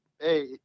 Hey